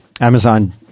Amazon